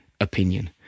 opinion